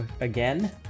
again